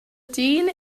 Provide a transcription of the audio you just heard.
dyn